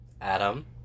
Adam